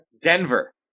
Denver